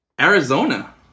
Arizona